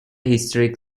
historic